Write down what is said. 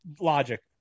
logic